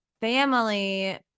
family